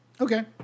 Okay